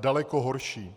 daleko horší.